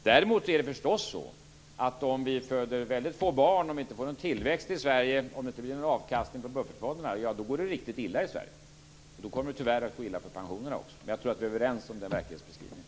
Däremot om vi föder få barn, om vi inte får någon tillväxt i Sverige, om det inte blir någon avkastning på buffertfonderna, går det riktigt illa i Sverige. Då kommer det tyvärr att gå illa också för pensionerna. Jag tror att vi är överens om den verklighetsbeskrivningen.